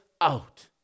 out